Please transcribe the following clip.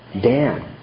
Dan